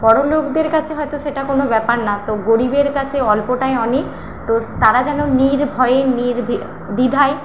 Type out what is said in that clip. বড়োলোকদের কাছে হয়ত সেটা কোন ব্যাপার না তো গরিবের কাছে অল্পটাই অনেক তো তারা যেন নির্ভয়ে নিরভি দ্বিধায়